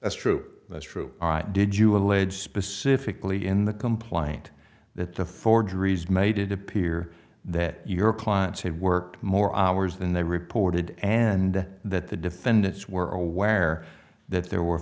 that's true that's true did you allege specifically in the complaint that the forgeries made it appear that your clients had worked more hours than they reported and that the defendants were aware that there were